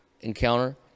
encounter